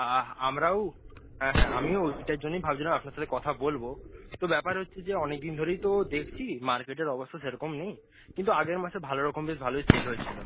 আহ আমরাও হ্যাঁ হ্যাঁ আমিও ওটার জন্যই ভাবছিলাম আপনার সাথে কথা বলব তো ব্যাপার হচ্ছে যে অনেকদিন ধরেই তো দেখছি মার্কেটের অবস্থা সে রকম নেই কিন্তু আগের মাসে ভালো রকম বেশ ভালই সেল হয়েছিল